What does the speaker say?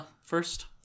First